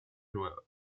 nueva